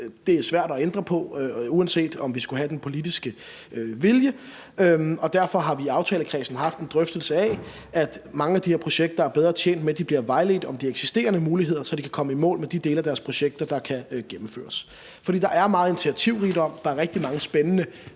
Det er svært at ændre på, uanset om vi måtte have den politiske vilje, og derfor har vi i aftalekredsen haft en drøftelse af, at mange af de her projekter er bedre tjent med, at de bliver vejledt om de eksisterende muligheder, så de kan komme i mål med de dele af deres projekter, der kan gennemføres. For der er meget initiativrigdom, og der er gjort rigtig mange spændende